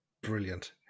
brilliant